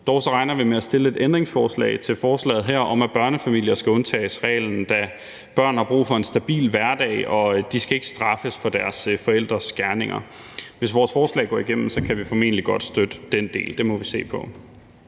Dog regner vi med at stille et ændringsforslag til forslaget her om, at børnefamilier skal undtages fra reglen, da børn har brug for en stabil hverdag, og de skal ikke straffes for deres forældres gerninger. Hvis vores forslag går igennem, kan vi formentlig godt støtte den del – det må vi se på.